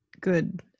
good